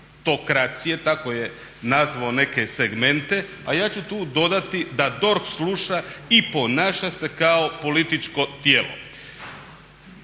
tako je nazvao neke segmente a ja ću tu dodati da DORH sluša i ponaša se kao političko tijelo.